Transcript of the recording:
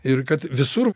ir kad visur